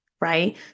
right